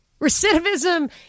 Recidivism